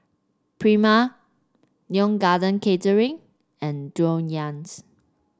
Prima Neo Garden Catering and Dreyers